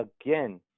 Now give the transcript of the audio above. again